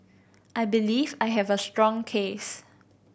I believe I have a strong case